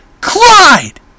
Clyde